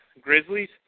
Grizzlies